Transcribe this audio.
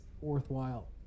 worthwhile